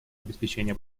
обеспечения